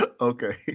Okay